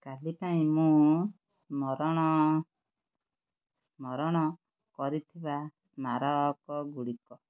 କାଲି ପାଇଁ ମୁଁ ସ୍ମରଣ ସ୍ମରଣ କରିଥିବା ସ୍ମାରକଗୁଡ଼ିକ